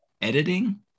Editing